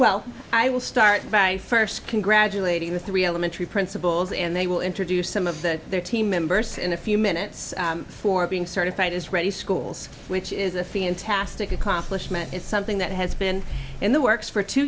well i will start by first congratulating the three elementary principals and they will introduce some of the their team members in a few minutes for being certified as ready schools which is a fantastic accomplishment is something that has been in the works for two